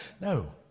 No